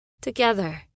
together